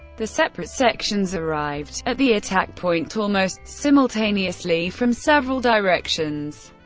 the separate sections arrived at the attack point almost simultaneously from several directions.